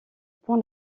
pont